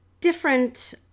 different